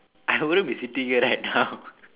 I wouldn't be sitting here right now